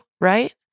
right